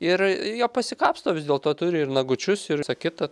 ir jie pasikapsto vis dėlto turi ir nagučius ir visą kitą